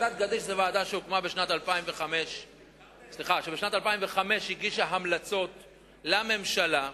ועדת-גדיש היא ועדה שבשנת 2005 הגישה המלצות לממשלה,